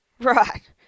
Right